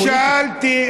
שאלתי.